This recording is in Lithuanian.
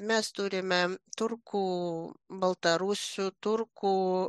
mes turime turkų baltarusių turkų